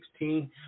2016